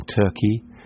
Turkey